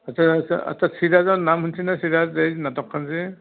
আচ্ছা আচ্ছা আচ্ছা চিৰাজৰ নাম শুনিছেনে চিৰাজ যে এই নাটকখন যে